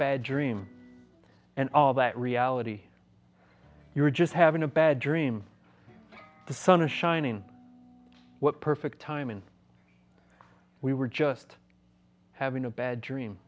bad dream and all that reality you're just having a bad dream the sun is shining what perfect time when we were just having a bad dream